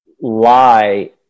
lie